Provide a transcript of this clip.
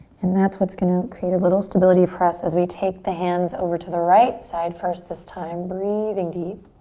and that's what's going to create a little stability for us as we take the hands over to the right side first this time. breathing deep.